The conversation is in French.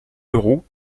leroux